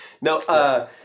No